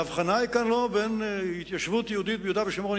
ההבחנה כאן היא לא בין התיישבות יהודית ביהודה ושומרון,